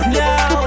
now